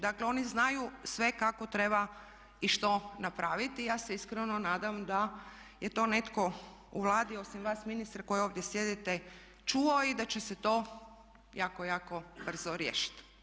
Dakle, oni znaju sve kako treba i što napraviti i ja se iskreno nadam da je to netko u Vladi osim vas ministre koji ovdje sjedite čuo i da će se to jako, jako brzo riješiti.